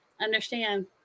understand